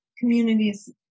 communities